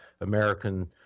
American